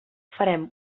farem